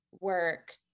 work